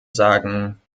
sagen